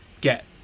get